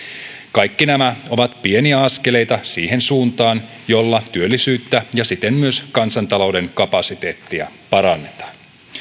kaikki nämä ovat pieniä askeleita siihen suuntaan jolla työllisyyttä ja siten myös kansantalouden kapasiteettia parannetaan